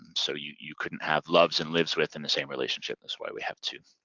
and so you you couldn't have loves and lives with in the same relationship, that's why we have two.